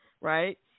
right